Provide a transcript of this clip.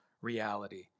reality